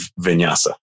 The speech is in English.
vinyasa